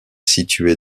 située